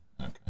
Okay